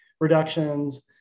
reductions